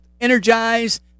energize